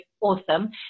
awesome